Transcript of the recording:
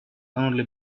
only